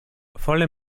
volle